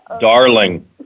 Darling